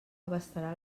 abastarà